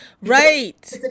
right